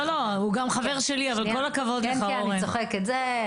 הם לא יודעים איך להתייחס לזה.